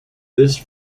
this